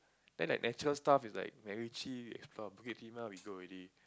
then like natural stuff is like Macritchie from Bukit-Timah you know already